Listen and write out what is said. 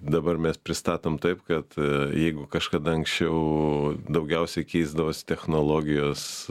dabar mes pristatom taip kad jeigu kažkada anksčiau daugiausiai keisdavosi technologijos